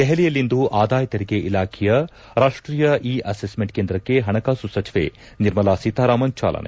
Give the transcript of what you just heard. ದೆಹಲಿಯಲ್ಲಿಂದು ಆದಾಯ ತೆರಿಗೆ ಇಲಾಖೆಯ ರಾಷ್ಷೀಯ ಇ ಅಸೆಸ್ಮೆಂಟ್ ಕೇಂದ್ರಕ್ಕೆ ಹಣಕಾಸು ಸಚಿವೆ ನಿರ್ಮಲಾ ಸೀತಾರಾಮನ್ ಚಾಲನೆ